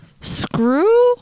screw